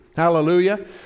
Hallelujah